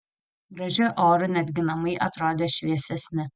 gražiu oru netgi namai atrodė šviesesni